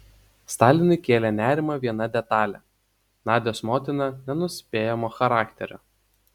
stalinui kėlė nerimą viena detalė nadios motina nenuspėjamo charakterio